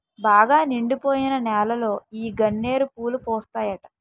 బాగా నిండిపోయిన నేలలో ఈ గన్నేరు పూలు పూస్తాయట